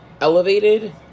elevated